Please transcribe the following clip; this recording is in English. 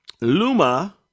Luma